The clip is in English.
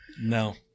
No